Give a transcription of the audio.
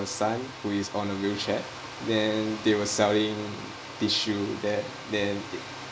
son who is on a wheelchair then they were selling tissue there then